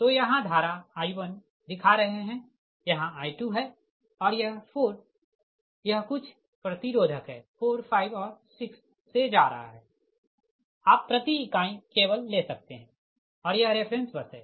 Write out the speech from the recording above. तो यहाँ धारा I1 दिखा रहे है यहाँ I2 है और यह 4 यह कुछ प्रतिरोधक है 4 5 और 6 से जा रहा है आप प्रति इकाई केवल ले सकते है और यह रेफ़रेंस बस है